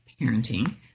Parenting